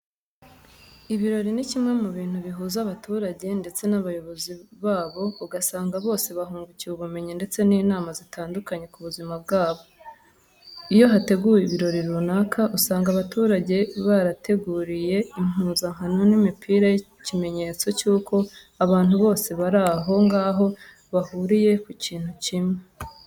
Ibirori ni kimwe mu bintu bihuza abaturage ndetse n'abayobozi babo ugasanga bose bahungukiye ubumenyi ndetse n'inama zitandukanye ku buzima bwabo. Iyo hateguwe ibirori runaka usanga abaturage barabateguriye impuzankano y'imipira nk'ikimenyetso cy'uko abantu bose bari aho ngaho bahuriye ku kintu kimwe.